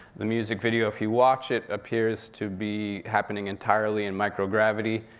the music video, if you watch it, appears to be happening entirely in microgravity.